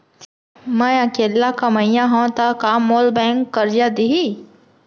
मैं अकेल्ला कमईया हव त का मोल बैंक करजा दिही?